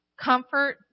Comfort